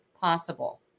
possible